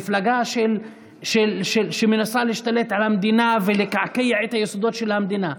מפלגה שמנסה להשתלט על המדינה ולקעקע את היסודות של המדינה.